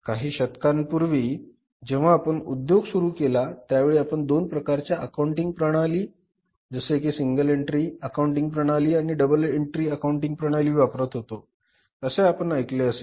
काही शतकांपूर्वी जेव्हा आपण उद्योग सुरू केला त्यावेळी आपण दोन प्रकारच्या अकाउंटिंग प्रणाली जसे की सिंगल एंट्री अकाउंटिंग प्रणाली आणि डबल एन्ट्री अकाउंटिंग प्रणाली वापरत होतो असे आपण ऐकले असेल